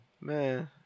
Man